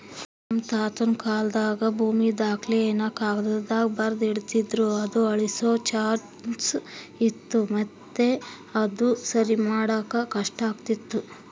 ನಮ್ ತಾತುನ ಕಾಲಾದಾಗ ಭೂಮಿ ದಾಖಲೆನ ಕಾಗದ್ದಾಗ ಬರ್ದು ಇಡ್ತಿದ್ರು ಅದು ಅಳ್ಸೋ ಚಾನ್ಸ್ ಇತ್ತು ಮತ್ತೆ ಅದುನ ಸರಿಮಾಡಾಕ ಕಷ್ಟಾತಿತ್ತು